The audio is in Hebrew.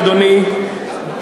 אדוני,